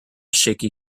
shaky